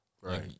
Right